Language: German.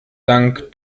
dank